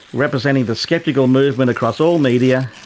representing the skeptical movement across all media,